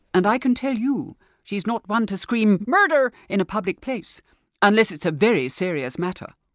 and i can tell you she's not one to scream murder in a public place unless it's a very serious matter,